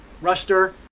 ruster